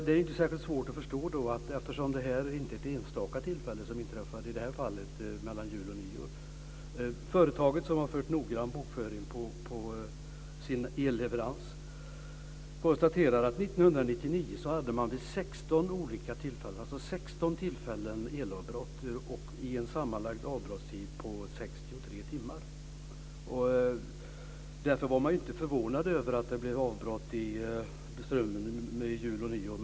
Det som inträffade mellan jul och nyår är inte en enstaka händelse. Företaget, som noggrant har bokfört sin elleverans, konstaterar att 1999 hade man elavbrott vid 16 tillfällen med en sammanlagd avbrottstid på 63 timmar. Därför var man inte förvånad över att det blev strömavbrott mellan jul och nyår.